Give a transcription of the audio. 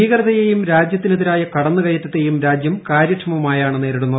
ഭീകരതയെയും രാജ്യത്തിനെതിരായ കടന്നുകയറ്റത്തെയും രാജ്യം കാര്യക്ഷമമായാണ് നേരിടുന്നത്